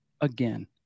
again